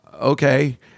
okay